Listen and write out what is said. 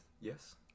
Yes